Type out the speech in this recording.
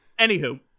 anywho